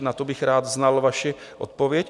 Na to bych rád znal vaši odpověď.